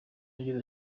ageza